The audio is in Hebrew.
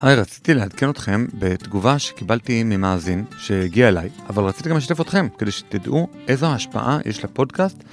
היי, רציתי לעדכן אתכם בתגובה שקיבלתי ממאזין שהגיע אליי, אבל רציתי גם לשתף אתכם כדי שתדעו איזו ההשפעה יש לפודקאסט.